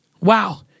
Wow